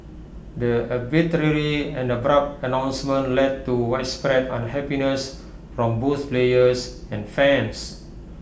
the arbitrary and abrupt announcement led to widespread unhappiness from both players and fans